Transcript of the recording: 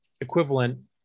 equivalent